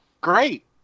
Great